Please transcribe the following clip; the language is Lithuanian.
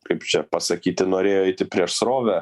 kaip čia pasakyti norėjo eiti prieš srovę